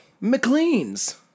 McLean's